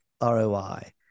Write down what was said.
ROI